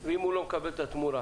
ואם הוא לא מקבל את התמורה